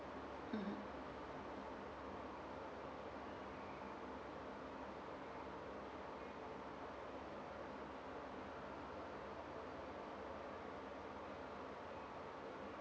mm